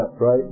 right